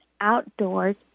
outdoors